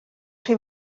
chi